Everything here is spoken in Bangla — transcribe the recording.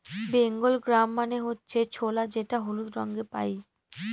বেঙ্গল গ্রাম মানে হচ্ছে ছোলা যেটা হলুদ রঙে পাই